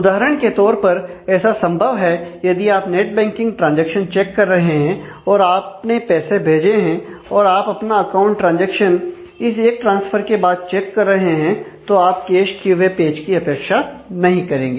उदाहरण के तौर पर ऐसा संभव है यदि आप नेट बैंकिंग ट्रांजैक्शन चेक कर रहे हैं और आपने पैसे भेजे हैं और आप अपना अकाउंट ट्रांजैक्शन इस एक ट्रांसफर के बाद चेक कर रहे हैं तो आप कैश किये हुए पेज की अपेक्षा नहीं करेंगे